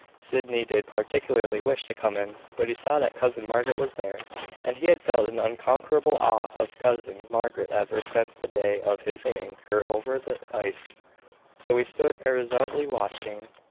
sydney did particularly wish to come in but he saw that cousin margaret was there and he had felt an unconquerable awe of cousin margaret ever since the day of his conveying her over the ice. so he stood irresolutely watching,